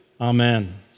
Amen